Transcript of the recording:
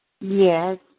Yes